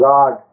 God